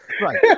Right